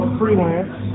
freelance